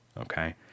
okay